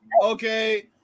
okay